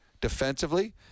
defensively